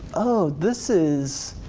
oh this is,